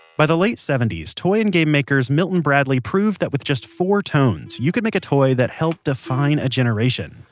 by the late toy and game makers milton bradley proved that with just four tones, you could make a toy that helped define a generation.